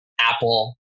Apple